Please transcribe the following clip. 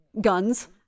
Guns